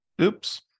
oops